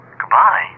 Goodbye